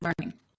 learning